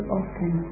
often